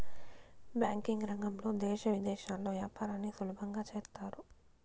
banking రంగంలో దేశ విదేశాల్లో యాపారాన్ని సులభంగా చేత్తారు